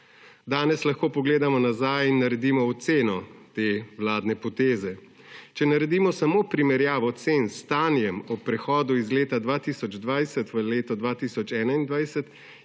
Danes lahko pogledamo nazaj in naredimo oceno te vladne poteze. Če naredimo samo primerjavo cen s stanjem ob prehodu iz leta 2020 v leto 2021